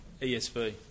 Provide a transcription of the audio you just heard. ESV